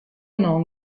non